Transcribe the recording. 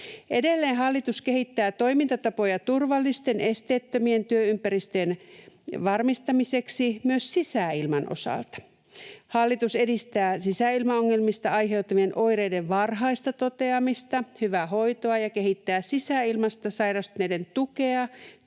Edelleen: ”Hallitus kehittää toimintatapoja turvallisten, esteettömien työympäristöjen varmistamiseksi myös sisäilman osalta. Hallitus edistää sisäilmaongelmista aiheutuvien oireiden varhaista toteamista, hyvää hoitoa ja kehittää sisäilmasta sairastuneiden tukea